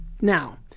Now